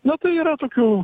na tai yra tokių